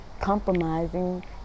compromising